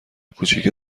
کوچیکه